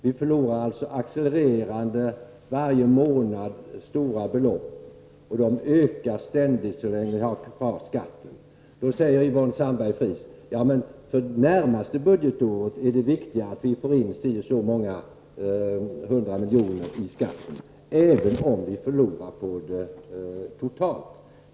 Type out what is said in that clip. Vi förlorar varje månad stora belopp, och de ökar ständigt så länge skatten är kvar. Yvonne Sandberg-Fries säger då att det för det närmaste budgetåret är viktigare att vi får in ett antal hundra miljoner kronor genom denna skatt, även om vi förlorar på det totalt.